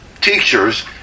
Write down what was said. teachers